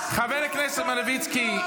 חבר הכנסת מלביצקי,